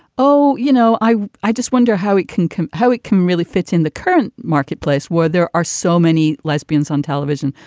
oh, you know, i i just wonder how it can can how it can really fits in the current marketplace where there are so many lesbians on television,